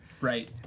Right